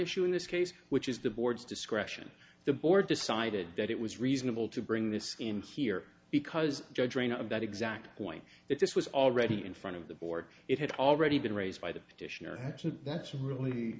issue in this case which is the board's discretion the board decided that it was reasonable to bring this scheme here because judge rein of that exact point that this was already in front of the board it had already been raised by the